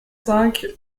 cinq